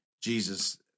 jesus